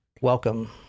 welcome